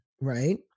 right